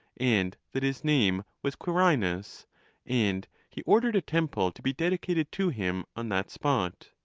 and that his name was quirinus and he ordered a temple to be dedicated to him on that spot.